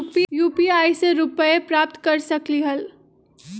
UPI से रुपए प्राप्त कर सकलीहल?